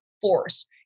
force